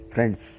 friends